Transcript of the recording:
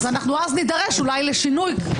אז אולי נידרש לשינוי.